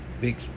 big